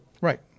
Right